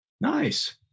Nice